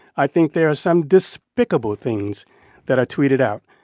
i think there are some despicable things that are tweeted out.